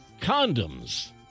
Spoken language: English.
condoms